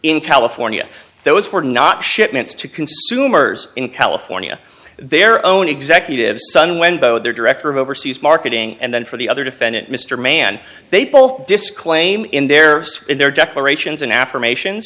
in california those were not shipments to consumers in california their own executives sun when bo their director of overseas marketing and then for the other defendant mr mann they both disclaim in their in their declarations and affirmation